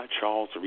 Charles